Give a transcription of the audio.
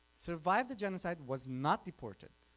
survived the genocide, was not deported.